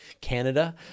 Canada